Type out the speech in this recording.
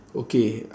okay